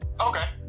Okay